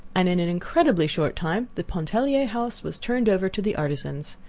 and in an incredibly short time the pontellier house was turned over to the artisans.